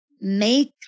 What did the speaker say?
make